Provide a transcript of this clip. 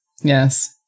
Yes